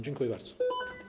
Dziękuję bardzo.